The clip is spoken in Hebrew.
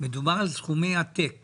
מדובר בסכומי עתק